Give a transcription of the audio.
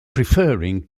preferring